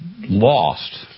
lost